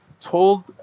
told